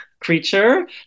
creature